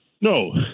No